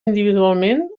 individualment